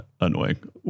annoying